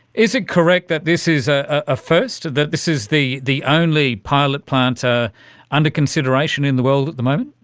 is it correct that this is a ah first, that this is the the only pilot plant ah under consideration in the world at the moment?